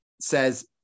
says